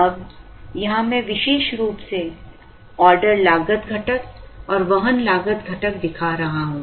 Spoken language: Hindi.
अब यहां मैं विशेष रूप से ऑर्डर लागत घटक और वहन लागत घटक दिखा रहा हूं